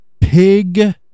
Pig